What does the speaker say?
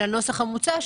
אלא הנוסח המוצע,